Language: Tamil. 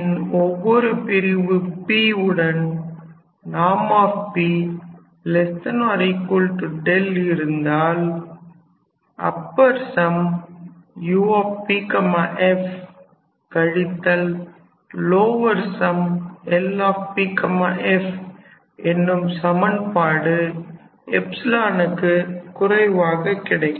ன் ஒவ்வொரு பிரிவு P உடன் ||𝑃|| ≤ இருந்தால் அப்பர் சம்UPf கழித்தல் லோவர் சம் LPfஎன்னும் சமன்பாடு க்கு குறைவாக கிடைக்கும்